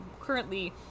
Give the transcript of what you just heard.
currently